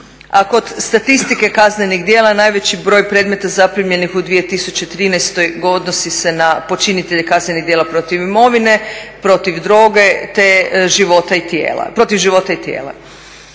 a kod statistike kaznenih djela najveći predmeta zaprimljenih u 2013. odnosi se na počinitelje kaznenih djela protiv imovine, protiv droge te protiv života i tijela.